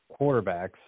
quarterbacks